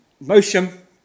motion